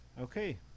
okay